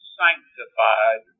sanctified